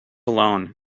alone